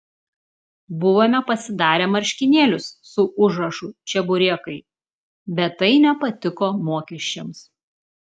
buvome pasidarę marškinėlius su užrašu čeburekai bet tai nepatiko mokesčiams